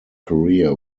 career